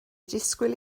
disgwyl